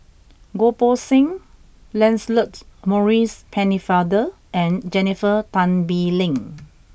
Goh Poh Seng Lancelot Maurice Pennefather and Jennifer Tan Bee Leng